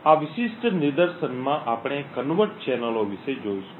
આ વિશિષ્ટ નિદર્શનમાં આપણે કન્વર્ટ ચેનલો વિશે જોઈશું